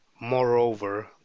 moreover